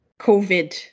COVID